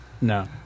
No